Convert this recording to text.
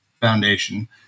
foundation